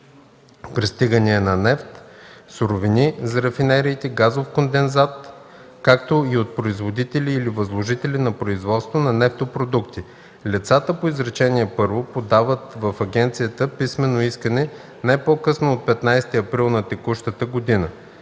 пристигания на нефт, суровини за рафинериите, газов кондензат, както и от производители или възложители на производство на нефтопродукти. Лицата по изречение първо подават в агенцията писмено искане не по-късно от 15 април на текущата година.